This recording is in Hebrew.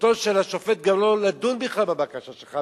זכותו של השופט גם לא לדון, בכלל, בבקשה שלך.